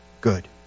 good